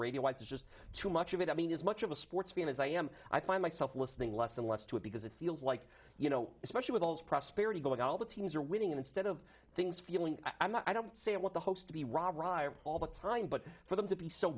radio is just too much of it i mean as much of a sports fan as i am i find myself listening less and less to it because it feels like you know especially with all the prosperity going all the teams are winning instead of things feeling i'm not i don't see what the host to be rob reiner all the time but for them to be so